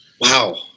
Wow